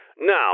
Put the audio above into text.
Now